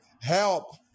help